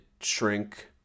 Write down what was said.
shrink